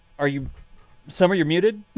are you summer you're muted?